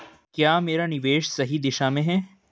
क्या मेरा निवेश सही दिशा में है?